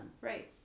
Right